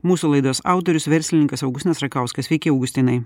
mūsų laidos autorius verslininkas augustinas rakauskas sveiki augustinai